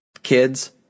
Kids